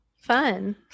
fun